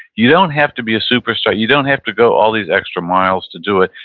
you don't have to be a superstar you don't have to go all these extra miles to do it.